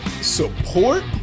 support